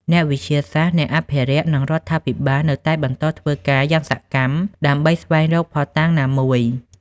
អ្នកវិទ្យាសាស្ត្រ អ្នកអភិរក្ស និងរដ្ឋាភិបាលនៅតែបន្តធ្វើការយ៉ាងសកម្មដើម្បីស្វែងរកភស្តុតាងណាមួយ។